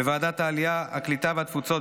בוועדת החינוך,